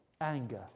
anger